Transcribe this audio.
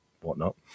whatnot